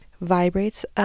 vibrates